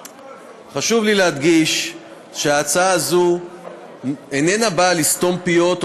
חשוב לי להדגיש שההצעה הזאת איננה באה לסתום פיות או